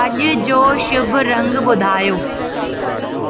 अॼु जो शुभ रंग ॿुधायो